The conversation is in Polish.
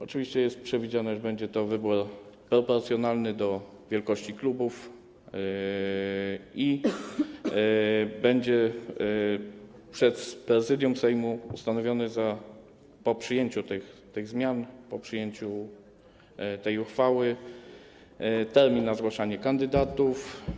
Oczywiście jest przewidziane, że będzie to wybór proporcjonalny do wielkości klubów i że będzie przez Prezydium Sejmu ustanowiony po przyjęciu tych zmian, po przyjęciu tej uchwały termin na zgłaszanie kandydatów.